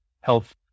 health